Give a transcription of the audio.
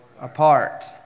Apart